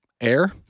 air